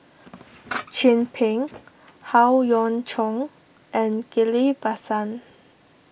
Chin Peng Howe Yoon Chong and Ghillie Basan